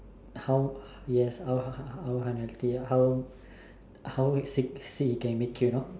how yes uh how how how how how how how sick it can make you you know